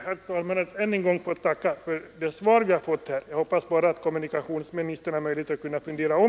Jag ber att än en gång få tacka för det svar jag har fått och hoppas nu bara att kommunikationsministern har möjlighet att tänka om.